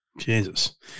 Jesus